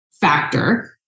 factor